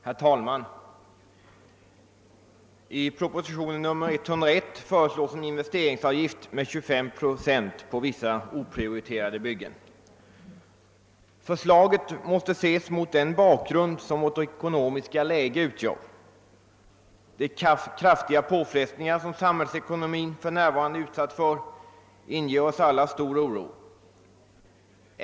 Herr talman! I propositionen 101 föreslås en investeringsavgift av 25 procent på vissa oprioriterade byggen. Förslaget måste ses mot den bakgrund som vårt ekonomiska läge utgör. De kraftiga påfrestningar som samhällsekonomin för närvarande är utsatt för inger oss alla stor oro.